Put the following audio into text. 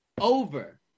over